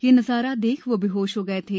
यह नजारा देख वह बेहोश हो गये थे